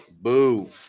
Boo